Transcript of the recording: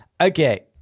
Okay